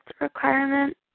requirement